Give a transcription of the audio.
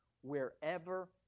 wherever